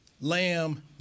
Lamb